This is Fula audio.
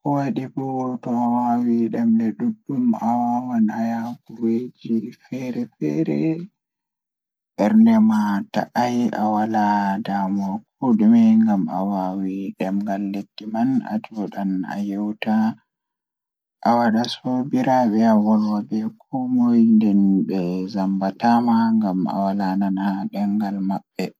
Ko sabu ngal, warti ɓe heɓata moƴƴi e laawol e soodun nder ɗam, hokkataa e fowru e tawti laawol, jeyaaɓe e waɗtude caɗeele. Ko tawa warti ɓe heɓata moƴƴi e maɓɓe e laawol ngal tawa kuutorde kafooje ɓe, yaafa ɓe njogi saɗde e heɓuɓe. Warti wondi kaɓɓe njahi loowaaji ngam jooɗuɓe ɗe waawataa e waɗtuɗe ko wi'a e waɗtude.